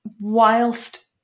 whilst